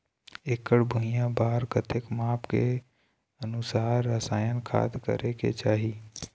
एकड़ भुइयां बार कतेक माप के अनुसार रसायन खाद करें के चाही?